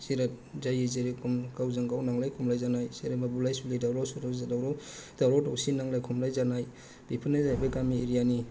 जिराद जायो जेरेखम गावजोंगाव नांलाय खमलाय जानाय सोरजोंबा बुलाय सोलाय दावराव दावसि नांलाय खमलाय जानाय बेफोरनो जाहैबाय गामि एरियानि